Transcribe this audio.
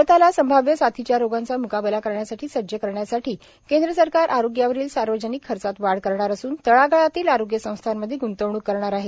भारताला संभाव्य साथीच्या रोगांचा म्काबला करण्यासाठी सज्ज करण्यासाठी केंद्र सरकार आरोग्यावरील सार्वजनिक खर्चात वाढ करणार असून तळागाळातील आरोग्य संस्थांमध्ये ग्ंतवणूक करणार आहे